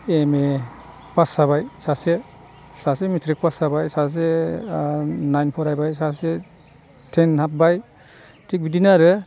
M A pass जाबाय सासे सासे मेट्रिक पास जाबाय सासे नाइन फरायबाय सासे टेन हाबबाय थिख बिदिनो आरो